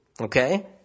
Okay